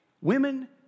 Women